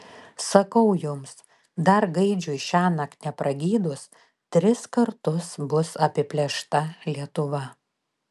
sakau jums dar gaidžiui šiąnakt nepragydus tris kartus bus apiplėšta lietuva